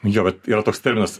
jo vat yra toks terminas